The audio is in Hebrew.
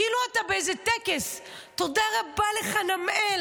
כאילו אתה באיזה טקס: תודה רבה לחנמאל,